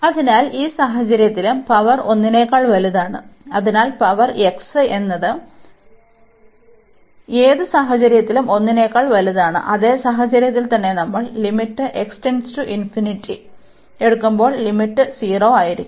അതിനാൽ ഈ സാഹചര്യത്തിലും പവർ 1 നെക്കാൾ വലുതാണ് അതിനാൽ പവർ x ഏത് സാഹചര്യത്തിലും 1 നേക്കാൾ വലുതാണ് അതേ സാഹചര്യത്തിൽ തന്നെ നമ്മൾ എടുക്കുമ്പോൾ ലിമിറ്റ് 0 ആയിരിക്കും